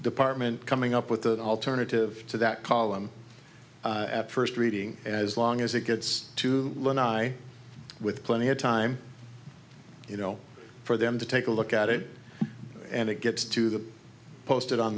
department coming up with the alternative to that column at first reading as long as it gets to learn i with plenty of time you know for them to take a look at it and it gets to the posted on